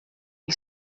que